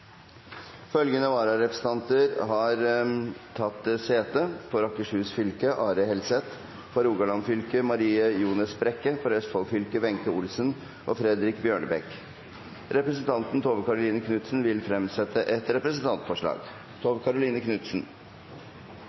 Følgende vararepresentanter har tatt sete: For Akershus fylke: Are Helseth For Rogaland fylke: Marie Ljones Brekke For Østfold fylke: Wenche Olsen og Fredrik Bjørnebekk Representanten Tove Karoline Knutsen vil fremsette et representantforslag.